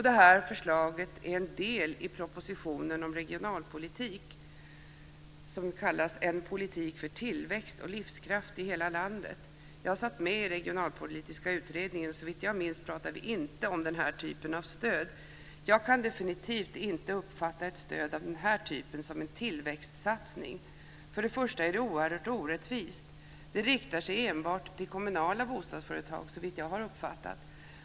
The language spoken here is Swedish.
Det här förslaget är en del i propositionen om regionalpolitik En politik för tillväxt och livskraft i hela landet. Jag satt med i Regionalpolitiska utredningen, och såvitt jag minns talade vi inte om den här typen av stöd. Jag kan definitivt inte uppfatta ett stöd av denna typ som en tillväxtsatsning. För det första är det oerhört orättvist - det riktar sig enbart till kommunala bostadsföretag, såsom jag har uppfattat det.